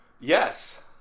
yes